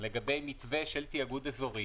לגבי מתווה של תאגוד אזורי,